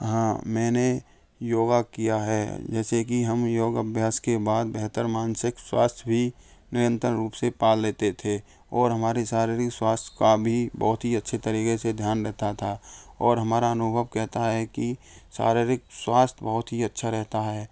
हाँ मैंने योगा किया है जैसे कि हम योग अभ्यास के बाद बेहतर मानसिक स्वास्थ्य भी निरंतर रूप से पा लेते थे और हमारे शारीरिक स्वास्थ्य का भी बहुत ही अच्छे तरीके से ध्यान रहता था और हमारा अनुभव कहता है कि शारीरिक स्वास्थ्य बहुत ही अच्छा रहता है